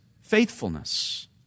faithfulness